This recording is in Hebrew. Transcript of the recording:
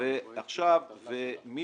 בין לבין, כל הטבלה הימנית.